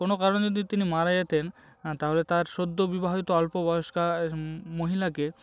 কোনো কারণে যদি তিনি মারা যেতেন তাহলে তার সদ্য বিবাহিত অল্প বয়স্কা মহিলাকে